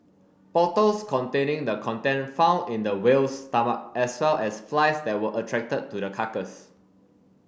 bottles containing the content found in the whale's stomach as well as flies that were attracted to the carcass